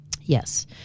Yes